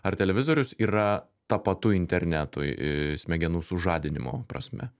ar televizorius yra tapatu internetui smegenų sužadinimo prasme